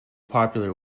popular